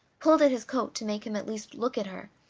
pulled at his coat to make him at least look at her,